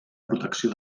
protecció